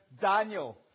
Daniel